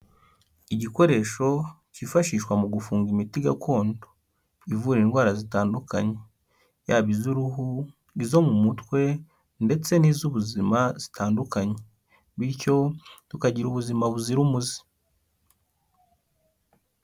Igikoresho kifashishwa mu gufunga imiti gakondo. Ivura indwara zitandukanye. Yaba iz'uruhu, izo mu mutwe, ndetse n'iz'ubuzima zitandukanye. Bityo tukagira ubuzima buzira umuze.